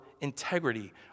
integrity